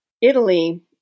Italy